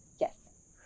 Yes